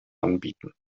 anbieten